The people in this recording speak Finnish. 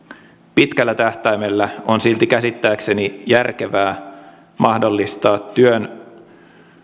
pitkällä tähtäimellä on silti käsittääkseni järkevää mahdollistaa työn